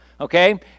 Okay